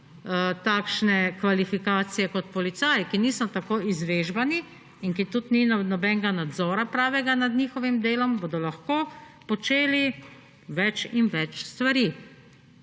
takšne kvalifikacije kot policaji, ki niso tako izvežbani in ki tudi ni nobenega nadzora pravega nad njihovim delom, bodo lahko počeli več in več stvari.